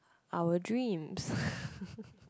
our dreams